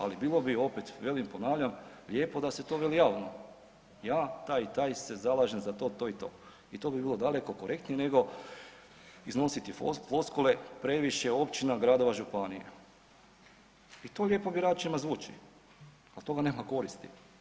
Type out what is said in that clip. Ali bilo bi opet velim ponavljam, lijepo da se to veli javno, ja taj i taj se zalažem za to, to i to i to bi bilo daleko korektnije nego iznositi floskule previše općina, gradova i županija i to lijepo biračima zvuči, ali od toga nema koristi.